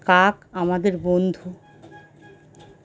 কাক আমাদের বন্ধু